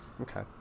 Okay